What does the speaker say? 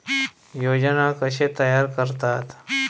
योजना कशे तयार करतात?